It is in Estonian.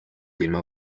ilma